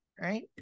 Right